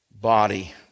body